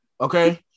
okay